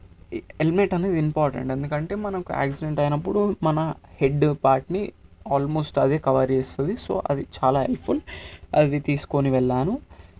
helmet అనేది important ఎందుకంటే మనం ఆక్సిడెంట్ అయినప్పుడు మన హెడ్ పార్ట్ని ఆల్మోస్ట్ అదే కవర్ చేస్తుంది సో అది చాలా హెల్పఫుల్ అది తీసుకొని వెళ్ళాను